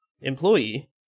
employee